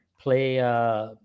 play